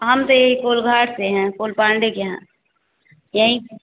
हम तो यहीं कोलघाट से हैं कोल पांडे के यहाँ यहीं के